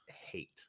hate